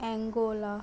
Angola